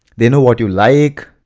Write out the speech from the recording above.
they know what you like.